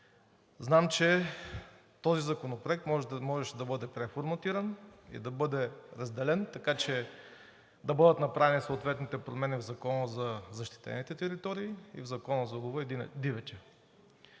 знам, че този законопроект можеше да бъде преформатиран и да бъде разделен, така че да бъдат направени съответните промени в Закона за защитените територии и в Закона за лова и дивеча.